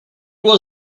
was